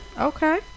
Okay